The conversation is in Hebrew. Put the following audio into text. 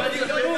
זאת גזענות.